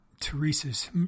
Teresa's